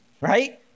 Right